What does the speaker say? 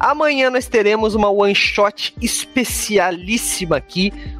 Amanhã nós teremos uma one shot especialíssima aqui.